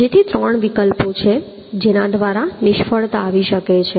તેથી ત્રણ વિકલ્પો છે જેના દ્વારા નિષ્ફળતા આવી શકે છે